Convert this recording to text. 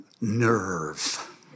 nerve